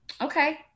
Okay